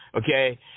okay